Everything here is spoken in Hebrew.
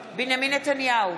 נתניהו,